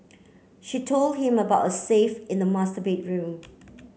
she told him about a safe in the master bedroom